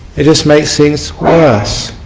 it just makes things worse.